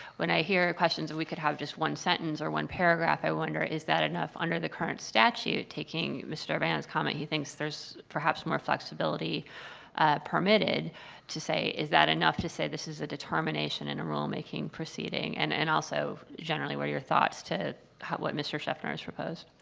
when i hear questions of we could have just one sentence or one paragraph, i wonder is that enough under the current statute, taking mr. band's comment, he thinks there's perhaps more flexibility permitted to say is that enough to say this is a determination in a rulemaking proceeding. and and also, generally what are your thoughts to what mr. sheffner has proposed?